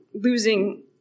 losing